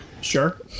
sure